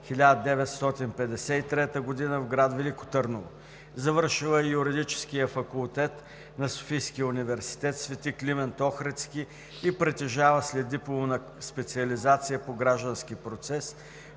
1953 г. в град Велико Търново. Завършила е Юридическия факултет на Софийския университет „Св. Климент Охридски“ и притежава следдипломна специализация по Граждански процес,